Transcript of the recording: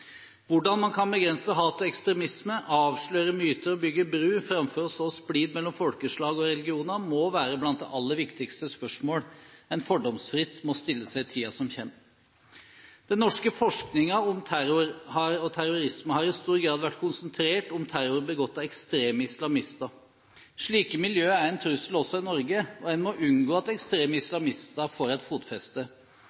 Hvordan man kan begrense hat og ekstremisme, avsløre myter og bygge bro framfor å så splid mellom folkeslag og religioner, må være blant de aller viktigste spørsmål man fordomsfritt må stille seg i tiden som kommer. Den norske forskningen om terrorisme har i stor grad vært konsentrert om terror begått av ekstreme islamister. Slike miljøer er en trussel også i Norge, og en må unngå at ekstreme